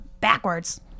backwards